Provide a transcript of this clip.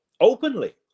openly